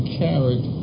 carried